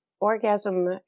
orgasm